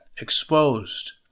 exposed